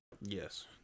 Yes